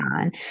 on